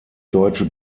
deutsche